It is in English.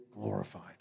glorified